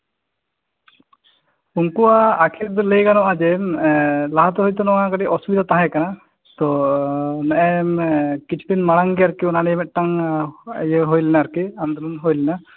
ᱩᱱᱠᱩᱣᱟᱜ ᱟᱸᱠᱷᱤᱨ ᱫᱚ ᱞᱟᱹᱭ ᱜᱟᱱᱚᱜᱼᱟ ᱮᱜ ᱞᱟᱦᱟᱛᱮᱦᱳᱭᱛᱳ ᱚᱥᱩᱵᱤᱫᱷᱟ ᱛᱟᱸᱦᱮ ᱠᱟᱱᱟ ᱛᱳ ᱱᱮᱜᱼᱮ ᱠᱤᱪᱷᱩ ᱫᱤᱱ ᱢᱟᱲᱟᱝ ᱜᱮ ᱚᱱᱟ ᱱᱤᱭᱮ ᱢᱤᱫᱴᱟᱱ ᱤᱭᱟᱹ ᱦᱩᱭᱞᱮᱱᱟ ᱟᱨᱠᱤ ᱟᱱᱫᱳᱞᱚᱱ ᱦᱳᱭ ᱞᱮᱱᱟ